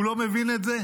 הוא לא מבין את זה?